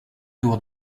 tour